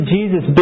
Jesus